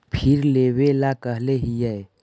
फिर लेवेला कहले हियै?